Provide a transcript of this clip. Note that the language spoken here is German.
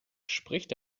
spricht